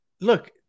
look –